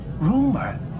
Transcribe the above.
Rumor